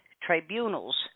tribunals